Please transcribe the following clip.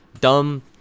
dumb